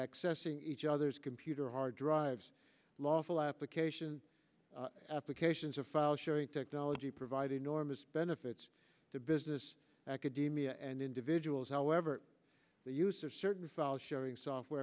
accessing each other's computer hard drives lawful application applications of file sharing technology provide enormous benefits to business academia and individuals however the use of certain file sharing software